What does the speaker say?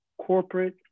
corporate